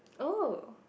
oh